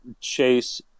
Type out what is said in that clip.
Chase